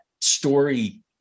story